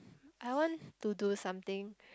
I want to do something